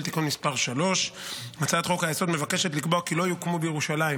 (תיקון מס' 3). הצעת חוק-היסוד מבקשת לקבוע כי לא יוקמו בירושלים